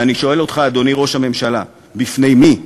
ואני שואל אותך, אדוני ראש הממשלה, בפני מי?